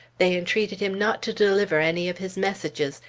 they entreated him not to deliver any of his messages,